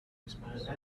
response